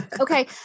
Okay